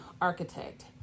architect